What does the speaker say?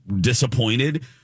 disappointed